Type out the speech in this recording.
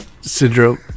syndrome